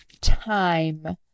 time